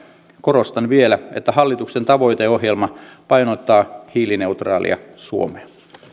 korostan vielä että hallituksen tavoiteohjelma painottaa hiilineutraalia suomea